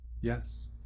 Yes